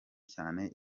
cyane